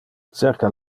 cerca